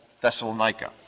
Thessalonica